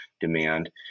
demand